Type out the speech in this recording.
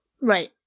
Right